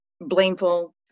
blameful